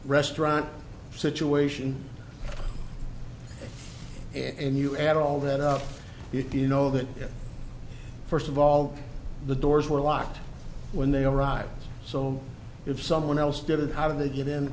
restaurant situation and you add all that up you know that first of all the doors were locked when they arrived so if someone else did it how did they get in